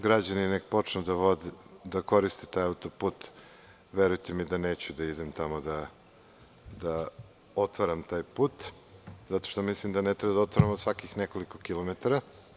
Građani neka počnu da koriste taj autoput, verujte mi da neću da idem tamo da otvaram taj put, zato što mislim da ne treba da otvaramo svakih nekoliko kilometara.